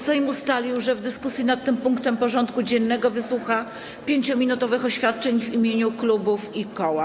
Sejm ustalił, że w dyskusji nad tym punktem porządku dziennego wysłucha 5-minutowych oświadczeń w imieniu klubów i koła.